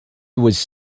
was